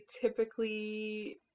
typically